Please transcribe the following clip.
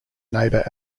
neighbour